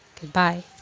Goodbye